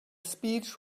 speech